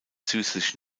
süßlich